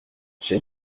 j’ai